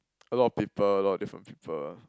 a lot of people a lot of different people